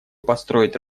построить